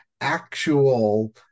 actual